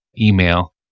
email